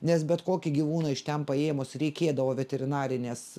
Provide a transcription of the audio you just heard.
nes bet kokį gyvūną iš ten paėmus reikėdavo veterinarinės